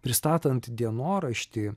pristatant dienoraštį